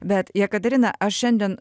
bet jekaterina aš šiandien